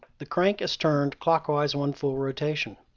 the crank is turned clockwise one full rotation.